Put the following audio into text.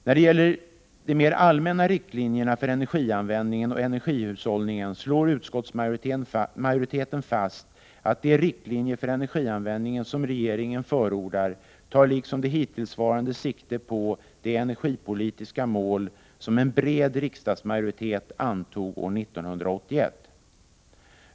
När det gäller de allmänna riktlinjerna för energianvändning och energihushållning slår utskottsmajoriteten fast att de riktlinjer för energianvändningen som regeringen förordar tar, liksom de hittillsvarande, sikte på det energipolitiska mål som en bred riksdagsmajoritet antog år 1981.